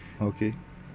okay